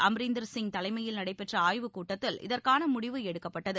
அம்ரீந்தர் சிங் தலைமையில் நடைபெற்றஆய்வுக் கூட்டத்தில் இதற்கானமுடிவு எடுக்கப்பட்டது